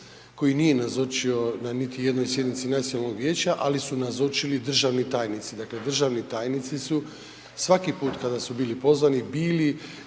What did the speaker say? koji nije nazočio na niti jednoj sjednici Nacionalnog vijeća, ali su nazočili državni tajnici, dakle, državni tajnici su svaki put kada su bili pozvani bili